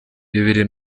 bibiri